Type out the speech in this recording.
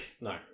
No